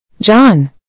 John